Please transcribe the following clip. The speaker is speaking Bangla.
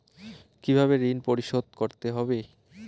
কিভাবে ঋণ পরিশোধ করতে হবে?